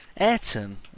Ayrton